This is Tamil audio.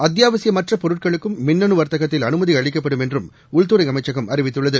அத்தியாவசியமற்ற பொருட்களுக்கும் மின்னனு வர்த்தகத்தில் அனுமதி அளிக்கப்படும் என்றும் உள்துறை அமைச்சகம் அறிவித்துள்ளது